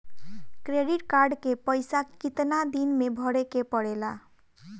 Credit card के पइसा कितना दिन में भरे के पड़ेला?